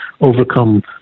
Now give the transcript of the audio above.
overcome